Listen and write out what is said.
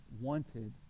wanted